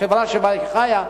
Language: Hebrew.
החברה שבה היא חיה,